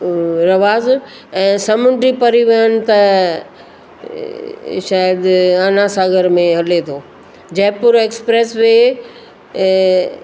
रवाज़ ऐं सामुंडी परिवहन त शायदि अन्ना सागर में हले थो जयपुर एक्सप्रेस वे